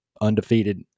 undefeated